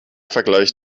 vergleich